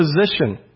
position